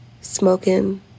smoking